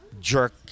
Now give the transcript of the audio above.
jerk